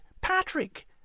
Patrick